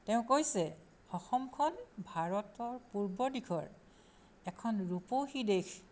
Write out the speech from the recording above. তেওঁ কৈছে অসমখন ভাৰতৰ পূৰ্ব্ব দিশৰ এখন ৰূপহী দেশ